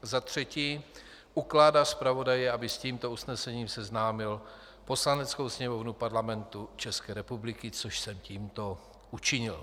III. ukládá zpravodaji výboru, aby s tímto usnesením seznámil Poslaneckou sněmovnu Parlamentu České republiky což jsem tímto učinil.